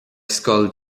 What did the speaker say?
scoil